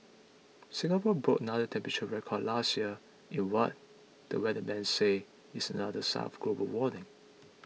Singapore broke another temperature record last year in what the weatherman says is another sign of global warming